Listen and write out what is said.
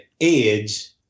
edge